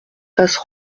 fasses